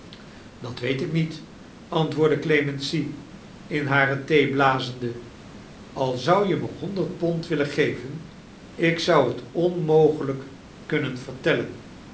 dat weet ik niet antwoordde clemency in hare thee blazende a z'oii je me honderd pond willen geven ik ziou het onmogelijk kunnen vertellen